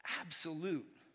absolute